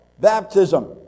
Baptism